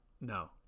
No